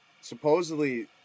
supposedly